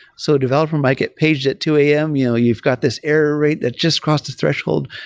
so developer might get paged at two am, you know you've got this error rate that just crossed a threshold.